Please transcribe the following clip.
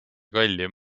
kallim